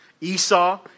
Esau